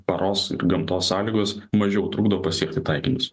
paros ir gamtos sąlygos mažiau trukdo pasiekti taikinius